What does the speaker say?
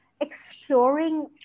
exploring